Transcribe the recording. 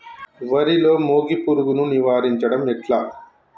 వరిలో మోగి పురుగును నివారించడం ఎట్లా?